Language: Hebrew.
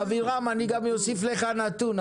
אבירם אני גם אוסיף לך נתון,